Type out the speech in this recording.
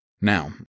Now